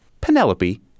Penelope